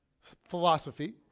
philosophy